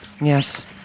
Yes